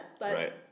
Right